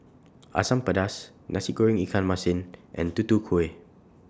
Asam Pedas Nasi Goreng Ikan Masin and Tutu Kueh